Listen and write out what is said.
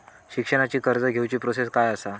शिक्षणाची कर्ज घेऊची प्रोसेस काय असा?